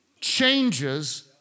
changes